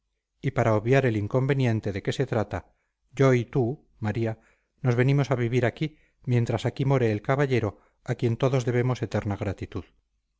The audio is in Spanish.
y para obviar el inconveniente de que se trata yo y tú maría nos venimos a vivir aquí mientras aquí more el caballero a quien todos debemos eterna gratitud